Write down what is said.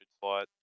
slot